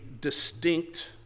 distinct